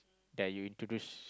that you introduce